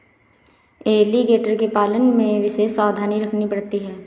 alligator के पालन में विशेष सावधानी रखनी पड़ती है